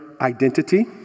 identity